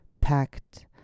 packed